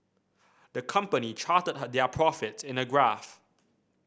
the company charted their profits in a graph